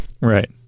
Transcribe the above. Right